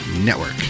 network